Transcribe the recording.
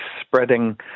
spreading